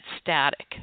static